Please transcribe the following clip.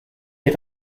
est